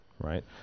right